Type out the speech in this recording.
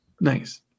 Nice